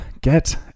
get